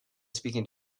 speaking